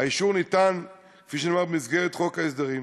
האישור ניתן, כפי שנאמר, במסגרת חוק ההסדרים,